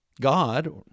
God